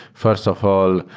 first of all,